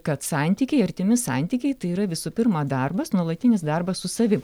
kad santykiai artimi santykiai tai yra visų pirma darbas nuolatinis darbas su savim